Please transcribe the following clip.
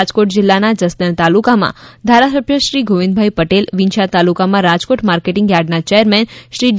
રાજકોટ જિલ્લાના જસદણ તાલુકામાં ધારાસભ્ય શ્રી ગોવિંદભાઇ પટેલ વિછીયા તાલુકામાં રાજકોટ માર્કેટીંગ યાર્ડના ચેરમેન શ્રી ડી